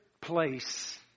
place